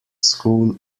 school